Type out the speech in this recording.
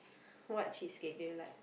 what cheesecake do you like